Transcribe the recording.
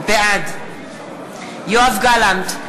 בעד יואב גלנט,